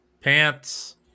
pants